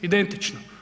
Identično.